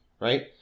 right